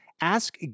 Ask